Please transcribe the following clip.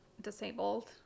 disabled